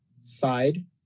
side